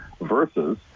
Versus